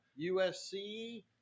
usc